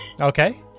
Okay